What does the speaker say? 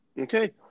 Okay